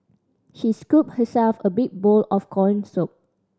she scooped herself a big bowl of corn soup